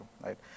right